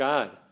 God